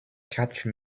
cache